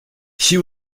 she